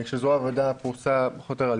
כשזרוע העבודה פרוסה פחות או יותר על